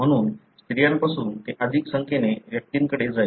म्हणून स्त्रियां पासून ते अधिक संख्येने व्यक्तींकडे जाईल